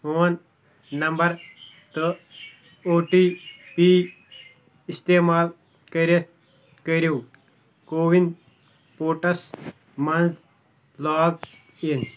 phone number تہٕ O T P استعمال کٔرِتھ کٔرِو کووِن پورٹلس مَنٛز لاگ اِن